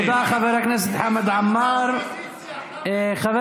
הם היו באופוזיציה.